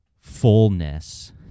fullness